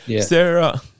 Sarah